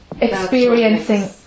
Experiencing